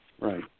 right